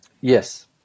Yes